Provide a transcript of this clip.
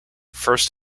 first